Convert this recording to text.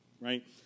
right